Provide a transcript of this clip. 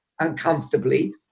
uncomfortably